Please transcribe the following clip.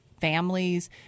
families